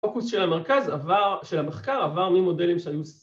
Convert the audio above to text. ‫הפוקוס של המרכז.. של המחקר עבר ‫ממודלים שהיו...